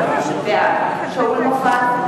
בעד שאול מופז,